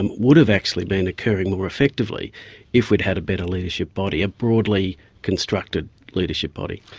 and would have actually been occurring more effectively if we'd had a better leadership body, a broadly constructed leadership body.